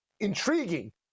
intriguing